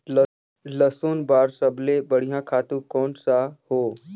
लसुन बार सबले बढ़िया खातु कोन सा हो?